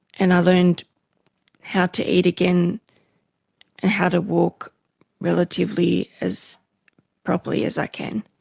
and i learned how to eat again and how to walk relatively as properly as i can.